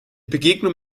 begegnung